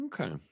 okay